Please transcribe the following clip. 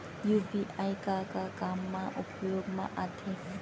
UPI का का काम मा उपयोग मा आथे?